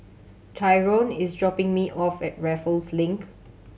tyron is dropping me off at Raffles Link